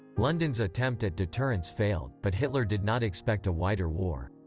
london's attempt at deterrence failed, but hitler did not expect a wider war.